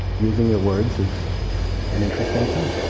using your words is an interesting thing.